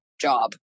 job